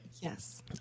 Yes